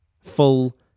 full